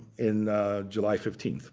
in july fifteen,